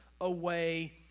away